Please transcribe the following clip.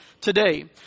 today